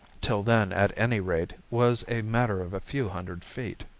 till then at any rate, was a matter of a few hundred feet.